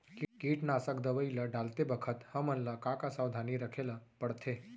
कीटनाशक दवई ल डालते बखत हमन ल का का सावधानी रखें ल पड़थे?